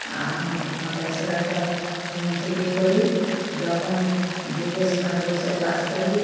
আমি কাঁথা সেলাইটা মন থেকেই করি যখন দীর্ঘ সময় বসে কাজ করি